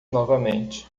novamente